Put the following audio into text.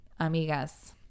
Amigas